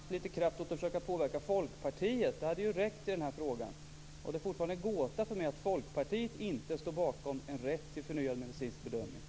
Fru talman! Vi har nog försökt påverka även Folkpartiet, men jag tror att er möjlighet just nu var utomordentligt stor att kunna påverka avgörandet.